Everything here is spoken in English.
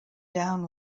down